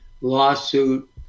lawsuit